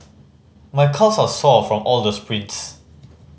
my calves are sore from all the sprints